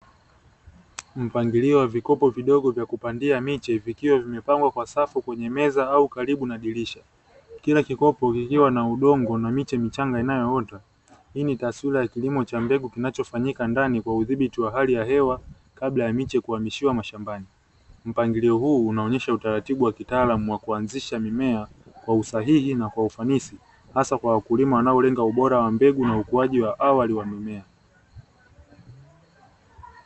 Mpangilio wa vikopo vidogo vya kupandia miche vikiwa vimepangwa kwa safu kwenye meza au karibu na dirisha, kila kikopo kikiwa kina udongo na miche michanga inayoota. Hii ni taswira ya kilimo cha mbegu kinachofanyika ndani kwa uthibiti wa hali ya hewa kabla ya miche kuhamishiwa mashambani. Mpangilio huu unaonyesha utaratibu wa kitaalamu wa kuanzisha mimea kwa usahihi na kwa ufanisi hasa kwa wakulima wanaolenga ubora wa mbegu na ukuaji wa awali wa mimea.